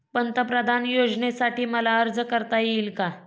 पंतप्रधान योजनेसाठी मला अर्ज करता येईल का?